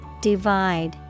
divide